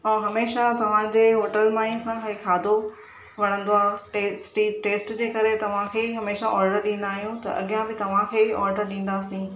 हमेशह तव्हांजे होटल मां ई असांखे खाधो वणंदो आहे टेस्ट टेस्ट जे करे तव्हांखे ई हमेशा ऑडर ॾींदा आहियूं त अॻियां बि तव्हांखे ऑडर ॾींदासीं